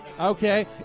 Okay